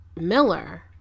Miller